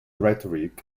rhetoric